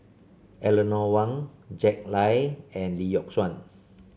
Eleanor Wong Jack Lai and Lee Yock Suan